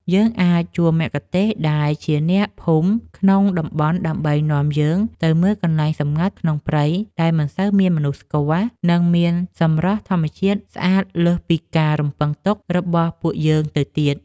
យើងអាចជួលមគ្គុទ្ទេសក៍ដែលជាអ្នកភូមិក្នុងតំបន់ដើម្បីនាំយើងទៅមើលកន្លែងសម្ងាត់ក្នុងព្រៃដែលមិនសូវមានមនុស្សស្គាល់ និង មានសម្រស់ធម្មជាតិស្អាតលើសពីការរំពឹងទុករបស់ពួកយើងទៅទៀត។